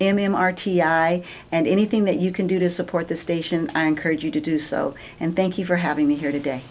am r t i and anything that you can do to support the station i encourage you to do so and thank you for having me here today